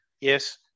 Yes